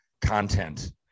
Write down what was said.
content